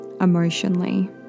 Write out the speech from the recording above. emotionally